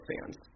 fans